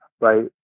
right